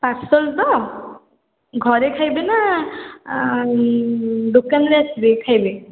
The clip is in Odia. ପାର୍ସଲ୍ ତ ଘରେ ଖାଇବେ ନା ଦୋକାନରେ ଆସିବେ ଖାଇବେ